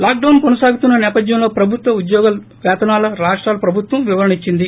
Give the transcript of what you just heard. lockdown కొనసాగుతున్న నేపథ్యంలో ప్రభుత్వ ఉద్యోగుల పేతనాలపై రాష్ట ప్రభుత్వం వివరణ ఇచ్చింది